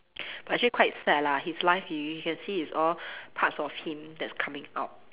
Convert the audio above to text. but actually quite sad lah his life you you can see it's all parts of him that's coming out